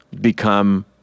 become